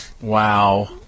Wow